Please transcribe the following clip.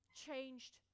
Changed